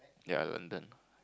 ya London